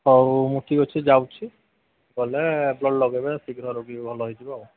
ହଉ ମୁଁ ଠିକ୍ ଅଛି ଯାଉଛି ଗଲେ ବ୍ଲଡ୍ ଲଗେଇବେ ଶୀଘ୍ର ରୋଗୀ ଭଲ ହୋଇଯିବ ଆଉ